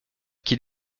qu’il